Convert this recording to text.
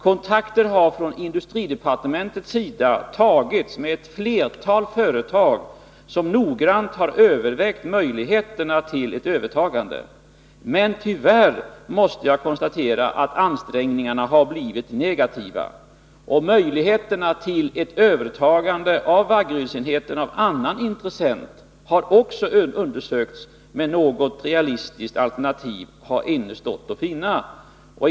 Kontakter har från industridepartementets sida tagits med ett flertal företag som noggrant har övervägt möjligheterna till ett övertagande, men tyvärr måste jag konstatera att resultatet av ansträngningarna har blivit negativt. Man har också undersökt möjligheterna till ett övertagande av Vaggerydsenheterna av annan intressent, men något realistiskt alternativ har inte stått att finna.